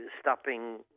stopping